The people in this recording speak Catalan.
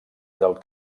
del